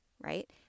right